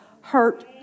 hurt